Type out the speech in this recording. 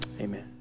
Amen